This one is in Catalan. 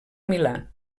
milà